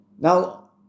Now